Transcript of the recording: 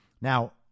Now